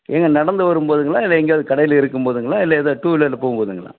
ஏங்க நடந்து வரும்போதுங்களா இல்லை எங்கேயாவது கடையில் இருக்கும்போதுங்களா இல்லை எதாவது டூவீலரில் போம்போதுங்களா